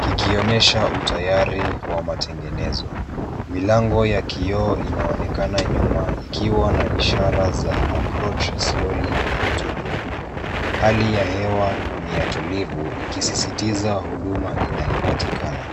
kikionyesha utayari wa matengenezo. Milango ya kioo inaonekana nyuma ikiwa na ishara za, approach slowly auto door. Hali ya hewa ni ya tulivu ikisisitiza huduma inayopatikana.